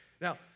Now